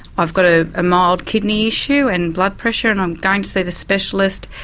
i've got a ah mild kidney issue and blood pressure and i'm going to see the specialist,